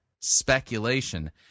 speculation